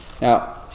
Now